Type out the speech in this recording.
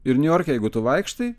ir niujorke jeigu tu vaikštai